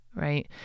right